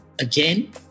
again